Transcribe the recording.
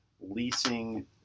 leasing